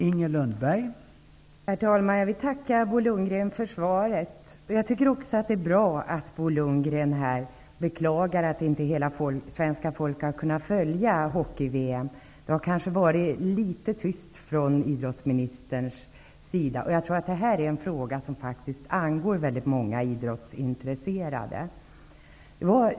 Herr talman! Jag vill tacka Bo Lundgren för svaret. Jag tycker att det är bra att Bo Lundgren här beklagar att inte hela svenska folket har kunnat följa hockey-VM. Det har kanske varit litet tyst om det tidigare från idrottsministerns sida. Jag tror att det här är en fråga som faktiskt angår väldigt många idrottsintresserade.